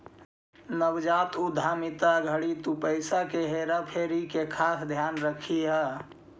नवजात उद्यमिता घड़ी तु पईसा के हेरा फेरी के खास ध्यान रखीह